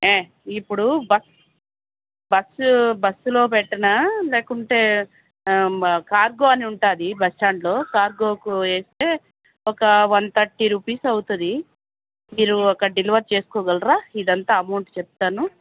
ఇప్పుడు బస్సు బస్సులో పెట్టనా లేకుంటే కార్గో అని ఉంటాది బస్టాండ్లో కార్గోకు వేస్తే ఒక వన్ థర్టీ రూపీస్ అవుతుంది మీరు అక్కడ డెలివరీ చేసుకోగలరా ఇదంతా అమౌంటు చెప్తాను